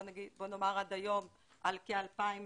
עד היום היה מדובר על 2,000